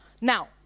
Now